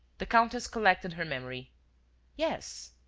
the countess collected her memory yes.